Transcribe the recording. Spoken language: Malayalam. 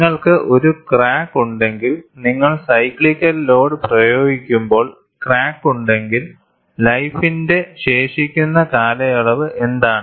നിങ്ങൾക്ക് ഒരു ക്രാക്ക് ഉണ്ടെങ്കിൽ നിങ്ങൾ സൈക്ലിക്കൽ ലോഡ് പ്രയോഗിക്കുമ്പോൾ ക്രാക്കുണ്ടെങ്കിൽ ലൈഫിന്റെ ശേഷിക്കുന്ന കാലയളവ് എന്താണ്